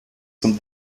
zum